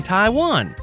Taiwan